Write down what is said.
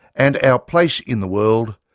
and our place in the world,